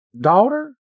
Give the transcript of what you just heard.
daughter